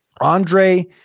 Andre